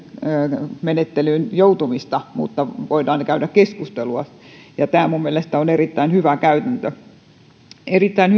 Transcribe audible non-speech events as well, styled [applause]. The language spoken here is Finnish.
arviointimenettelyyn joutumista mutta voidaan käydä keskustelua tämä on minun mielestäni erittäin hyvä käytäntö erittäin [unintelligible]